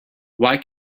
why